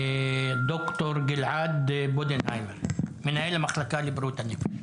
ד"ר גלעד בודנהיימר, מנהל המחלקה לבריאות הנפש.